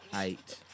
eight